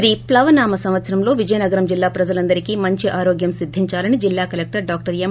శ్రీ ప్లవనామ సంవత్సరంలో విజయనగరం జిల్లా ప్రజలందరికీ మంచి ఆరోగ్యం సిద్దించాలని జిల్లా కలెక్టర్ డాక్టర్ ఎం